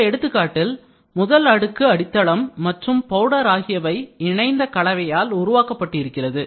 இந்த எடுத்துக்காட்டில் முதல் அடுக்கு அடித்தளம் மற்றும் பவுடர் ஆகியவை இணைந்த கலவையால் உருவாக்கப்பட்டிருக்கிறது